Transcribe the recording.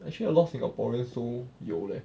actually a lot of singaporean so 有 leh